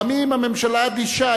פעמים הממשלה אדישה,